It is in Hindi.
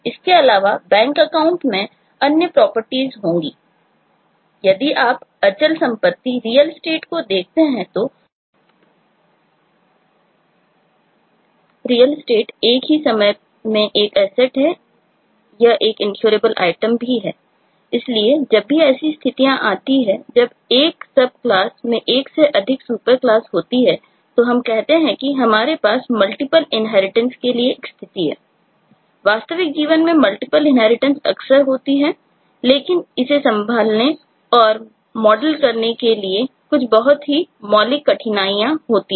इसके अलावा BankAccount में अन्य प्रॉपर्टीज कुछ बहुत ही मौलिक कठिनाइयाँ होती हैं